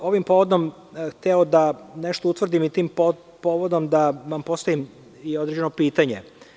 Ovim povodom bih hteo da nešto utvrdim i tim povodom da vam postavim i određeno pitanje.